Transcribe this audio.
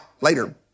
later